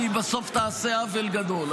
כי היא בסוף תעשה עוול גדול.